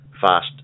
fast